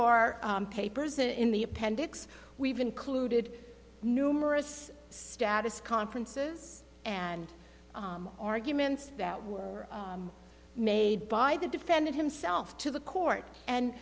our papers and in the appendix we've included numerous status conferences and arguments that were made by the defendant himself to the court and